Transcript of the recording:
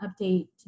update